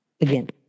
Again